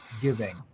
giving